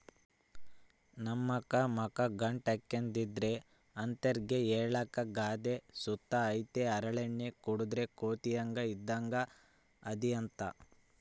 ನಮ್ತಾಕ ಮಕ ಗಂಟಾಕ್ಕೆಂಡಿದ್ರ ಅಂತರ್ಗೆ ಹೇಳಾಕ ಗಾದೆ ಸುತ ಐತೆ ಹರಳೆಣ್ಣೆ ಕುಡುದ್ ಕೋತಿ ಇದ್ದಂಗ್ ಅದಿಯಂತ